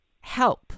help